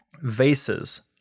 vases